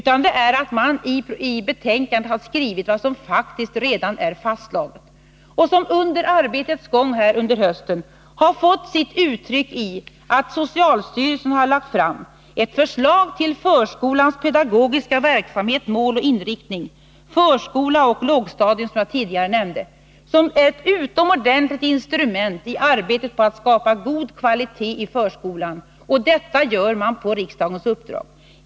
I betänkandet har man bara skrivit vad som faktiskt redan är fastslaget och som under arbetets gång under hösten har kommit till uttryck i att socialstyrelsen, som jag tidigare nämnde, har lagt fram förslagen ”Förskolans pedagogiska verksamhet — mål och inriktning” och ”Förskola — lågstadium”. De är ett utomordentligt instrument i arbetet på att skapa god kvalitet i förskolan. Och detta har socialstyrelsen gjort på riksdagens uppdrag.